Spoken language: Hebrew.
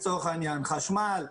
חשמל,